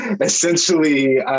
Essentially